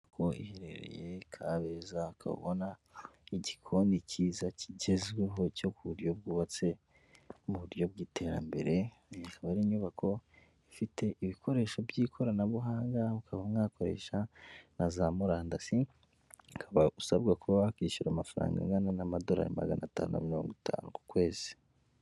Inyubako iherereye kabeza kabona igikoni kiyiza kigezweho cyo ku buryo bwubatse mu buryo bw'iterambere. Iyi ikaba ari inyubako ifite ibikoresho by'ikoranabuhanga ukaba mwakoresha na za murandasi ukaba usabwa kuba wakishyura amafaranga angana n'amadorari magana atanu mirongo itanu ku kwezi.